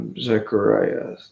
Zechariah